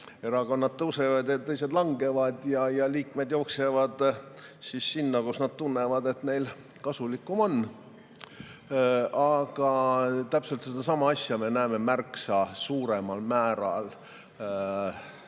erakonnad tõusevad, teised langevad ja liikmed jooksevad sinna, kus nad tunnevad, et neile kasulikum on. Aga täpselt sedasama me näeme märksa suuremal määral